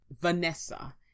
Vanessa